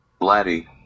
Blatty